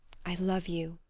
i love you,